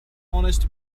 honest